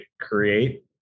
create